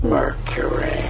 Mercury